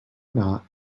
not